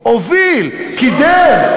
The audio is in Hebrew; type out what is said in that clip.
הוביל, קידם.